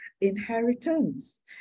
inheritance